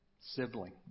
sibling